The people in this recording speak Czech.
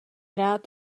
rád